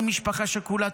אני ממשפחה שכולה,